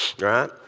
right